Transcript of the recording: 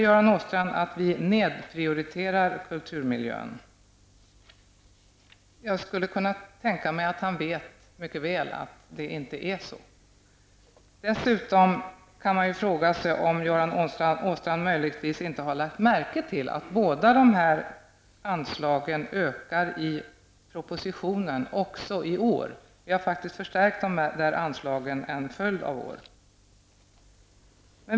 Göran Åstrand säger att vi nedprioriterar kulturmiljön. Jag tror att han mycket väl vet att det inte är så. Dessutom kan man fråga sig om Göran Åstrand möjligen inte har lagt märke till att båda dessa anslag har ökat i propositionen även i år. Vi har faktiskt förstärkt dessa anslag under en följd av år.